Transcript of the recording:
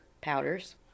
Powders